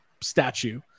statue